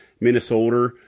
Minnesota